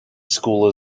school